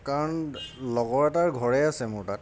কাৰণ লগৰ এটাৰ ঘৰেই আছে মোৰ তাত